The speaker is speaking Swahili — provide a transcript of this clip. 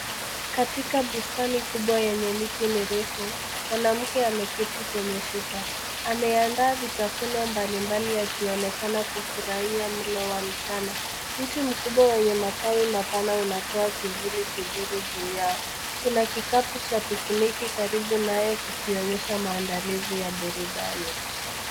Katika bustani kubwa enye miti mirefu. Mwanamke ameketi kwenye shuka ameanda vitafuno mbali mbali yakionekana kufurahia mlo wa mchana. Mti mkubwa wenye matawi mapana unatoa kivuli kizuri juu yao. Kuna kikapu cha pikini karibu nayo kikionyesha maandalizi ya burudani.